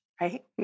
right